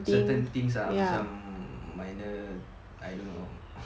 certain things ah macam minor I don't know